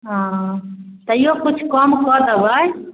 हँ तैओ किछु कम कऽ देबै